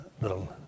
little